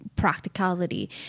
practicality